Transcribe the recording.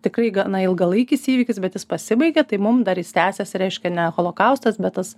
tikrai gana ilgalaikis įvykis bet jis pasibaigė tai mum dar jis tęsias reiškia ne holokaustas bet tas